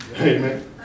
Amen